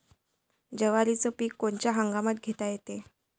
जवारीचं पीक कोनच्या हंगामात घेता येते?